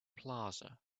plaza